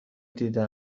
دیده